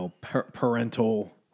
parental